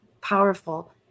powerful